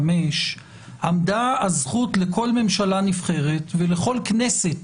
עמדה הזכות לכל ממשלה נבחרת ולכל כנסת